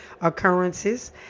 occurrences